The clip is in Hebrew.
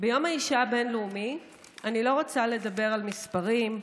האישה הבין-לאומי אני לא רוצה לדבר על מספרים,